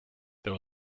there